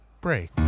break